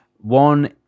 One